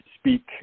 speak